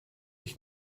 ich